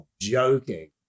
joking